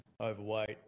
overweight